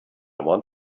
want